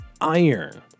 iron